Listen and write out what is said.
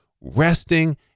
resting